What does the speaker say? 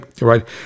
right